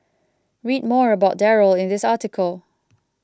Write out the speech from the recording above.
read more about Darryl in this article